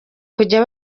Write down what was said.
kujya